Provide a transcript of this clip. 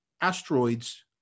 asteroids